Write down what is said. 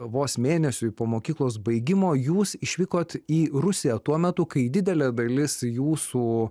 vos mėnesiui po mokyklos baigimo jūs išvykot į rusiją tuo metu kai didelė dalis jūsų